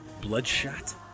Bloodshot